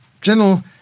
General